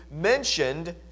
mentioned